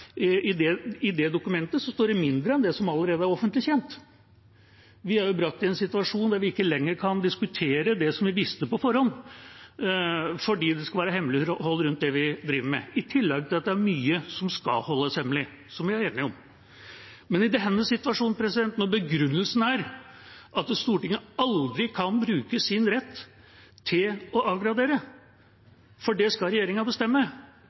dokumentet står det mindre enn det som allerede er offentlig kjent. Vi er brakt i en situasjon der vi ikke lenger kan diskutere det vi visste på forhånd, fordi det skal være hemmelighold rundt det vi driver med, i tillegg til at det er mye som skal holdes hemmelig, noe som vi er enige om. I denne situasjonen, når begrunnelsen er at Stortinget aldri kan bruke sin rett til å avgradere, for det skal regjeringa bestemme,